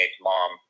mom